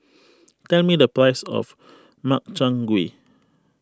tell me the price of Makchang Gui